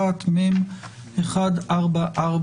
התשפ"א-2021, מ/1443.